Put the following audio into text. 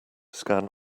scan